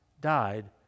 died